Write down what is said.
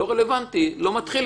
זה לא רלוונטי, הוא לא מתחיל איתו.